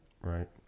right